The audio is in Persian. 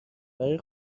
برای